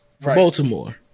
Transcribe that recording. Baltimore